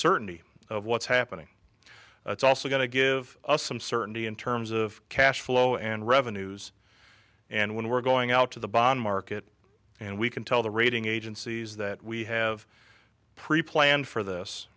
certainty of what's happening that's also going to give us some certainty in terms of cash flow and revenues and when we're going out to the bond market and we can tell the rating agencies that we have pre planned for this